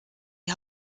die